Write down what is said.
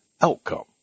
outcome